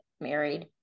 married